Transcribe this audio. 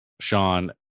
Sean